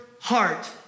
heart